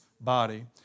body